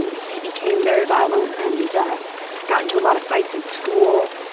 and he became very violent and got into a lot of fights at school.